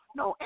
no